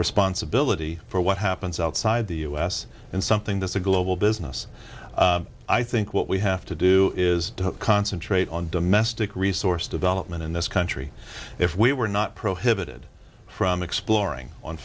responsibility for what happens outside the us and something that's a global business i think what we have to do is concentrate on domestic resource development in this country if we were not prohibited from exploring on